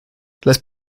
las